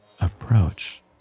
approach